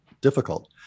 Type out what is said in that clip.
difficult